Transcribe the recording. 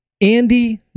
Andy